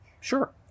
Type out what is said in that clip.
Sure